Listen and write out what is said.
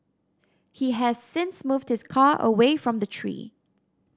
he has since moved his car away from the tree